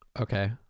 Okay